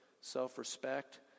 self-respect